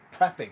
prepping